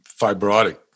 fibrotic